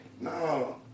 No